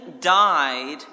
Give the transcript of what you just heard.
died